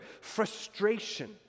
frustration